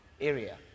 area